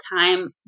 time